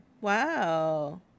wow